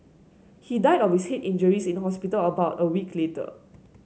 he died of his head injuries in hospital about a week later